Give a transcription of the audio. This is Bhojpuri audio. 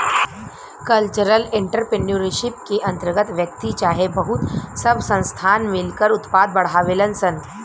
कल्चरल एंटरप्रेन्योरशिप के अंतर्गत व्यक्ति चाहे बहुत सब संस्थान मिलकर उत्पाद बढ़ावेलन सन